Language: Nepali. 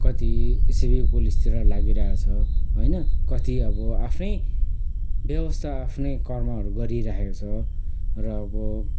कति सिभिक पुलिसतिर लागिरहेको छ होइन कति अब आफ्नै ब्यवस्था आफ्नै कर्महरू गरिराखेकोछ र अब